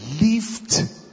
lift